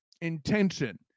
intention